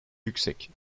yüksek